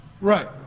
Right